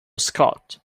scott